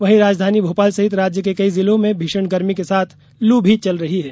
वहीं राजधानी भोपाल सहित राज्य के कई जिलों में भीषण गर्मी के साथ लू भी चल रही है